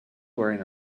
wearing